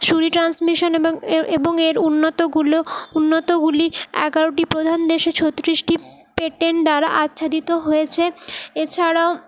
শুরি transmission এবং এর এর উন্নতগুলো উন্নতগুলি এগারোটি প্রধান দেশে ছত্রিশটি পেটেন্ট দ্বারা আচ্ছাদিত হয়েছে এছাড়াও